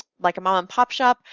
like a mom and pop shop,